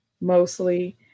mostly